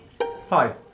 Hi